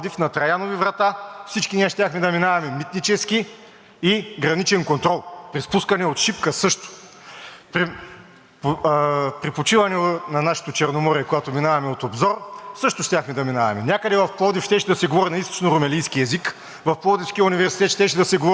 при почивка на нашето Черноморие, когато минаваме от Обзор, също щяхме да минаваме. Някъде в Пловдив щеше да се говори на източнорумелийски език. В Пловдивския университет щеше да се говори, че Кирил и Методий са най-големите източнорумелийски просветители, че Иван Вазов, Христо Ботев и Любен Каравелов са най-великите източнорумелийски